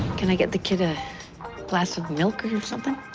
can i get the kid a glass of milk or something?